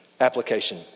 application